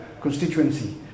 constituency